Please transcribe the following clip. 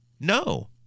No